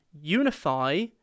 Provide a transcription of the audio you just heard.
unify